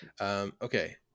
Okay